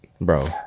Bro